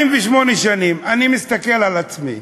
48 שנים, אני מסתכל על עצמי,